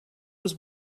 was